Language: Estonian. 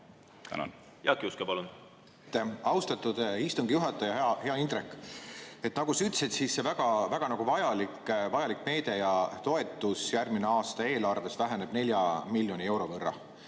Jaak Juske, palun! Aitäh, austatud istungi juhataja! Hea Indrek! Nagu sa ütlesid, see väga vajalik meede ja toetus järgmise aasta eelarves väheneb 4 miljoni euro võrra.